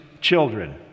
children